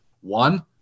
One –